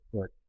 put